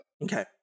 Okay